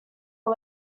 are